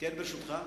לשאול אותך.